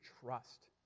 trust